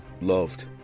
loved